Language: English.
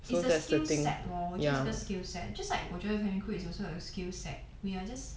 it's a skill set lor 我觉得这个 skill set just like 我觉得 cabin crew is also a skill set we are just